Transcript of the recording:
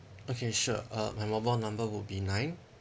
okay sure uh my mobile number would be nine